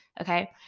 Okay